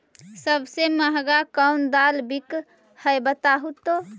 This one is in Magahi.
सबसे महंगा कोन दाल बिक है बताहु तो?